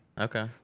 Okay